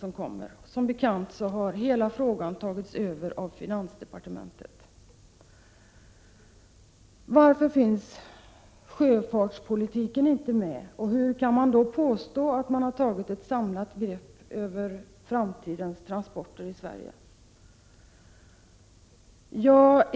Som bekant har hela frågan tagits över av finansdepartementet. Varför finns sjöfartspolitiken inte med, och hur kan man då påstå att man har tagit ett samlat grepp beträffande framtidens transporter i Sverige?